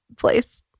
place